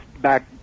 back